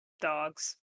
dogs